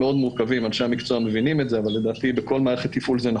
נמצאים איתנו